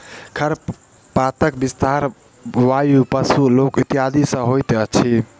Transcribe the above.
खरपातक विस्तार वायु, पशु, लोक इत्यादि सॅ होइत अछि